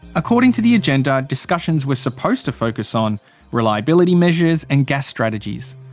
according to the agenda, discussions were supposed to focus on reliability measures and gas strategies.